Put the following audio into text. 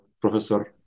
Professor